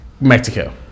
Mexico